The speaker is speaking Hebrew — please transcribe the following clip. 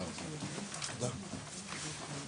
הישיבה ננעלה בשעה 11:50.